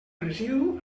residu